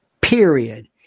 Period